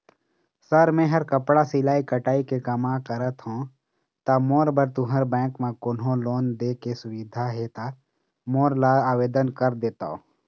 Sir मेहर कपड़ा सिलाई कटाई के कमा करत हों ता मोर बर तुंहर बैंक म कोन्हों लोन दे के सुविधा हे ता मोर ला आवेदन कर देतव?